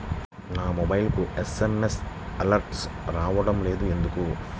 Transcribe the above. నా మొబైల్కు SMS alerts రావడం లేదు ఎందుకు?